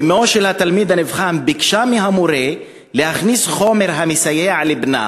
אמו של התלמיד הנבחן ביקשה מהמורה להכניס חומר המסייע לבנה.